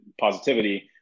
positivity